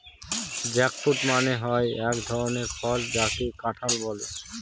jackfruit মানে হয় এক ধরনের ফল যাকে কাঁঠাল বলে